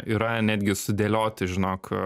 yra netgi sudėlioti žinok